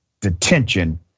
detention